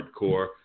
hardcore